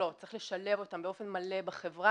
לא, צריך לשלב אותם באופן מלא בחברה,